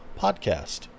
podcast